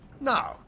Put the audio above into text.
Now